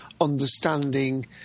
understanding